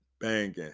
banging